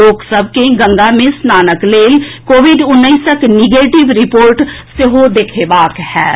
लोक सभ के गंगा मे स्नानक लेल कोविड उन्नैसक निगेटिव रिपोर्ट सेहो देखैबाक होएत